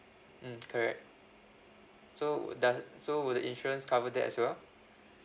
mm correct so do~ so would the insurance cover that as well